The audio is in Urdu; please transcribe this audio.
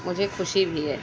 مجھے خوشی بھی ہے